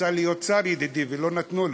רצה להיות שר, ידידי, ולא נתנו לו.